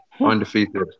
Undefeated